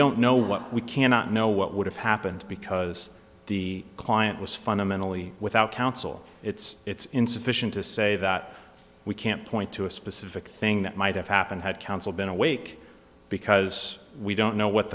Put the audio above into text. don't know what we cannot know what would have happened because the client was fundamentally without counsel it's insufficient to say that we can't point to a specific thing that might have happened had counsel been awake because we don't know what